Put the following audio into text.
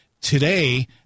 today